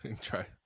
Try